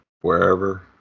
wherever